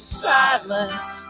silence